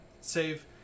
save